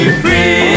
free